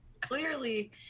clearly